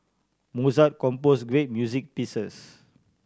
Mozart compose great music pieces